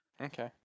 okay